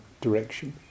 Direction